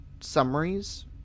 Summaries